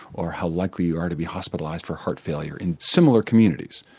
or how likely you are to be hospitalised for heart failure in similar communities.